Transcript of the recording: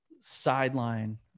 sideline